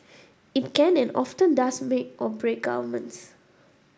it can and often to does make or break governments